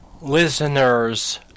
listeners